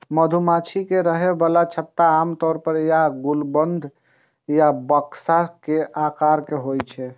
मधुमाछी के रहै बला छत्ता आमतौर पर या तें गुंबद या बक्सा के आकारक होइ छै